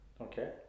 okay